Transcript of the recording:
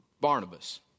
Barnabas